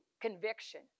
conviction